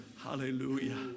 Hallelujah